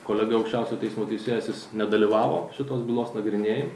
kolega aukščiausio teismo teisėjas jis nedalyvavo šitos bylos nagrinėj